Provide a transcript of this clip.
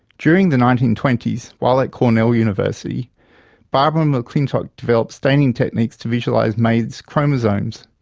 during the nineteen twenty s while at cornell university barbara mcclintock developed staining techniques to visualize maize chromosomes,